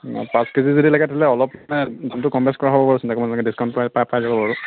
মানে পাঁচ কেজি যদি লাগে তেতিয়াহ'লে অলপ দামটো কম বেছি কৰা হ'ব চিন্তা কৰিব নালাগে ডিছকাউণ্ট পাই যাব বাৰু